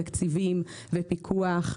תקציבים ופיקוח,